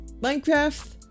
Minecraft